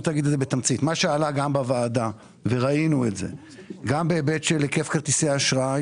מה שעלה בוועדה וראינו את זה גם בהיבט של היקף כרטיסי האשראי